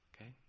Okay